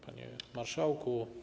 Panie Marszałku!